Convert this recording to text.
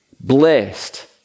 blessed